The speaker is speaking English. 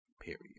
period